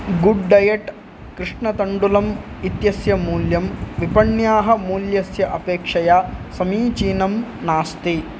good diet कृष्णतण्डुलम् इत्यस्य मूल्यं विपण्याः मूल्यस्य अपेक्षया समीचीनं नास्ति